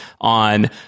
on